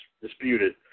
disputed